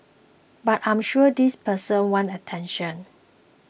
but I'm sure these people want attention